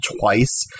twice